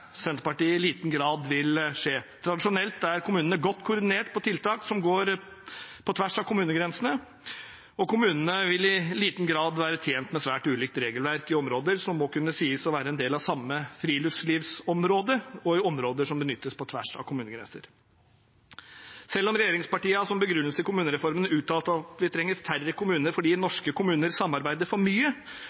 Senterpartiet i liten grad vil skje. Tradisjonelt er kommunene godt koordinert når det gjelder tiltak som går på tvers av kommunegrensene, og kommunene vil i liten grad være tjent med svært ulikt regelverk i områder som må kunne sies å være en del av samme friluftslivsområde, og i områder som benyttes på tvers av kommunegrenser. Selv om regjeringspartiene som begrunnelse for kommunereformen uttalte at vi trenger færre kommuner fordi norske kommuner samarbeider for mye,